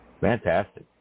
Fantastic